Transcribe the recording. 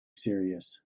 serious